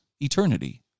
eternity